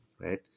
right